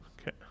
Okay